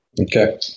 Okay